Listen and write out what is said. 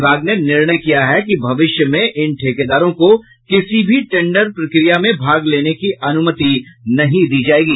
विभाग ने निर्णय किया है कि भविष्य में इन ठेकेदारों को किसी भी टेंडर प्रक्रिया में भाग लेने की अनुमति नहीं दी जायेगी